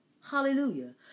Hallelujah